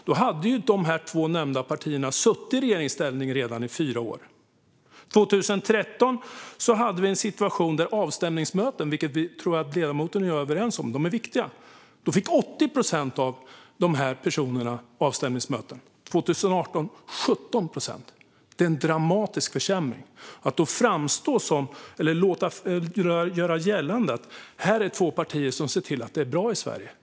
Då hade de två nämnda partierna redan suttit i regeringsställning i fyra år. År 2013 hade vi en situation där avstämningsmöten - att dessa är viktiga tror jag att ledamoten och jag är överens om - skedde med 80 procent av de här personerna. År 2018 var det 17 procent. Det är en dramatisk försämring. Ändå låter ledamoten göra gällande att här är två partier som ser till att det är bra i Sverige.